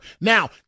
Now